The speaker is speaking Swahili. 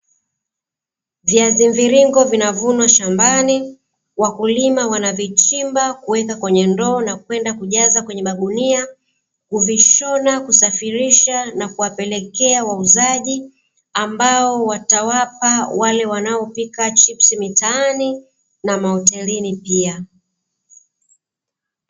Viazi mviringo vinavunwa shambani. Wakulima wanavichimba kuweka kwenye ndoo na kwenda kujaza kwenye magunia, kuvishona na kuvisafirisha, na kuwapelekea wauzaji ambao watawapa wale wanaopika chipsi mitaani na mahotelini pia.